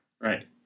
Right